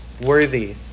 worthy